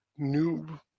noob